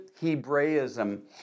Hebraism